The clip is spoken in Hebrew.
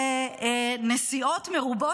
בנסיעות מרובות?